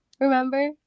Remember